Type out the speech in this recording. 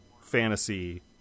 fantasy